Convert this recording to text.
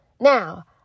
Now